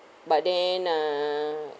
but then err